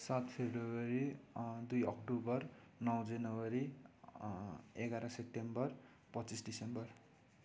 सात फेब्रुअरी दुई अक्टोबर नौ जनवरी एघार सेप्टेम्बर पच्चिस डिसेम्बर